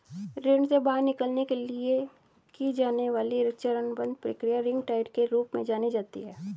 ऋण से बाहर निकलने के लिए की जाने वाली चरणबद्ध प्रक्रिया रिंग डाइट के रूप में जानी जाती है